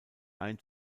ein